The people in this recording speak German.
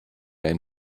ein